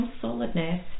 solidness